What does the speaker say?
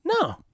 No